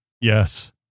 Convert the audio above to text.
Yes